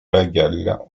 bengale